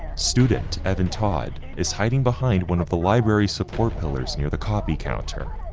student evan todd is hiding behind one of the library support pillars near the copy counter.